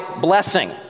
blessing